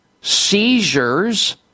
seizures